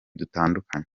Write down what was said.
dutandukanye